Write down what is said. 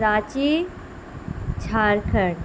Ranchi Jharkhand